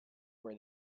where